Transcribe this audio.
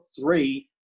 three